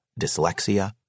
dyslexia